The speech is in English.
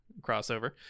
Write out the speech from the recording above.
crossover